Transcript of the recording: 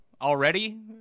already